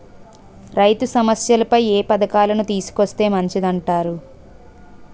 రైతు సమస్యలపై ఏ పథకాలను తీసుకొస్తే మంచిదంటారు?